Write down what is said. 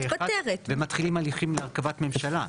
מתפטרת ביום ה- 101 ומתחילים הליכים להרכבת ממשלה.